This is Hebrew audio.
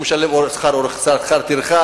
הוא משלם שכר טרחה,